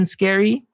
Scary